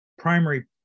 primary